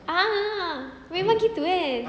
ah ah ah memang gitu kan